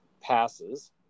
passes